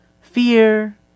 fear